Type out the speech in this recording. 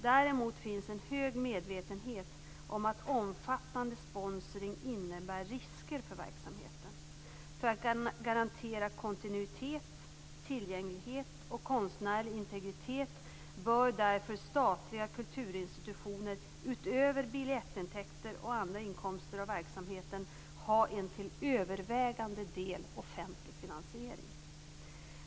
Däremot finns en hög medvetenhet om att omfattande sponsring innebär risker för verksamheten. För att garantera kontinuitet, tillgänglighet och konstnärlig integritet bör därför statliga kulturinstitutioner, utöver biljettintäkter och andra inkomster av verksamheten, ha en till övervägande del offentlig finansiering.